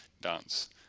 dance